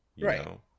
Right